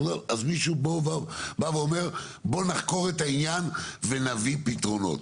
מישהו פה בא ואומר בוא נחקור את העניין ונביא פתרונות.